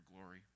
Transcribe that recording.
glory